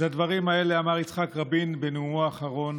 את הדברים האלה אמר יצחק רבין בנאומו האחרון,